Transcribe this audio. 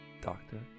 doctor